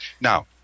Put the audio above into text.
Now